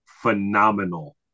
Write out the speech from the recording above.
phenomenal